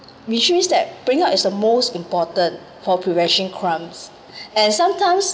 which means that bring up is the most important for prevention crimes and sometimes